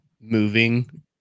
moving